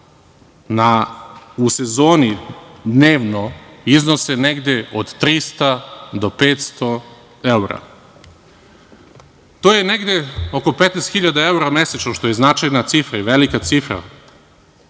u sezoni, dnevno, iznose negde od 300 do 500 evra. To je negde oko 15 hiljada mesečno, što je značajna i velika cifra,